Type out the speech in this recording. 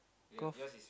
golf